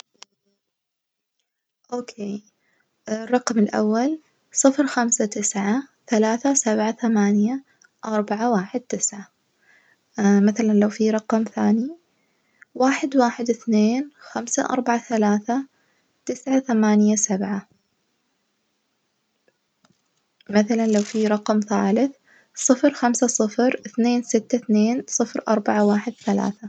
أوك، الرقم الأول صفر خمسة تسعة ثلاثة سبعة ثمانية أربعة واحد تسعة، مثلًا لو في رقم ثاني واحد واحد اثنين خمسة أربعة ثلاثة تسع ثمانية سبعة، مثلً لو في رقم ثالت صفر خمسة صفر اثنين ستة اثنين صفر أربعة واحد ثلاثة.